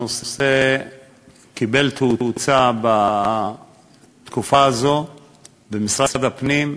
הנושא קיבל תאוצה בתקופה הזאת במשרד הפנים,